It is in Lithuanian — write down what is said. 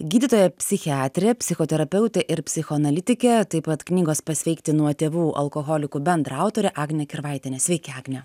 gydytoja psichiatrė psichoterapeutė ir psichoanalitikė taip pat knygos pasveikti nuo tėvų alkoholikų bendraautorė agnė kirvaitienė sveiki agne